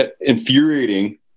infuriating